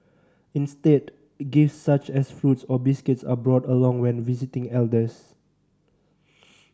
instead gifts such as fruits or biscuits are brought along when visiting elders